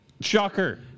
Shocker